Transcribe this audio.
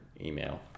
email